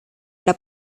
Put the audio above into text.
era